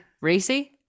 racy